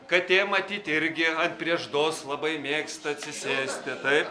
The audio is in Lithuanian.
katė matyt irgi ant prieždos labai mėgsta atsisėsti taip